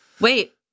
Wait